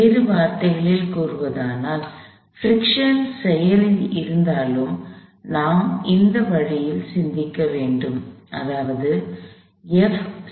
வேறு வார்த்தைகளில் கூறுவதானால் பிரிக்ஷன் செயலில் இருந்தாலும் நாம் இந்த வழியில் சிந்திக்க வேண்டும் அதாவது Fmax µN